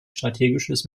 strategisches